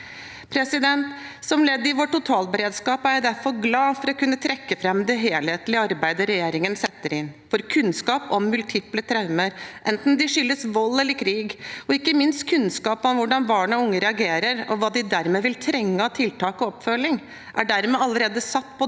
måte. Som ledd i vår totalberedskap er jeg derfor glad for å kunne trekke fram det helhetlige arbeidet regjeringen setter inn for kunnskap om multiple traumer – enten de skyldes vold eller krig – og ikke minst for kunnskap om hvordan barn og unge reagerer. Hva de vil trenge av tiltak og oppfølging, er dermed allerede satt på dagsordenen